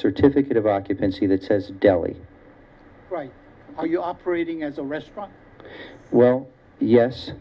certificate of occupancy that says delhi you operating as a restaurant well yes